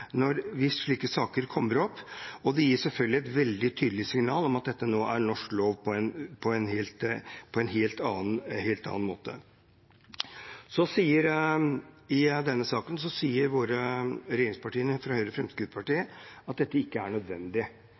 hvis slike saker kommer opp, og det gir selvfølgelig på en helt annen måte et veldig tydelig signal om at dette nå er norsk lov. I denne saken skriver regjeringspartiene Høyre og Fremskrittspartiet at dette ikke er nødvendig, fordi de mener Norge allerede er tilstrekkelig forpliktet gjennom ILO-konvensjonene. Vi er bundet av ILO-konvensjonene, sier de, det er ikke nødvendig